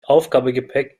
aufgabegepäck